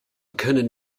können